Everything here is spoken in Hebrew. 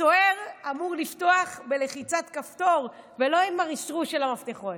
הסוהר אמור לפתוח בלחיצת כפתור ולא עם הרשרוש של המפתחות.